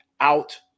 out